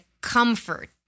comfort